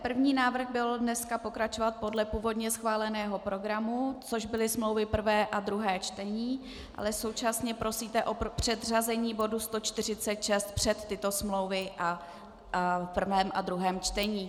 První návrh byl dneska pokračovat podle původně schváleného programu, což byly smlouvy prvé a druhé čtení, ale současně prosíte o předřazení bodu 146 před tyto smlouvy v prvém a druhém čtení.